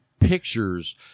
pictures